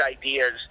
ideas